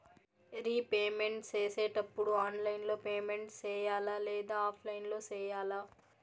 repayment సేసేటప్పుడు online లో payment సేయాలా లేదా ఆఫ్లైన్ లో సేయాలా